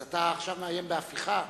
אז אתה עכשיו מאיים בהפיכה?